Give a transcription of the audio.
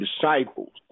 disciples